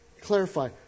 Clarify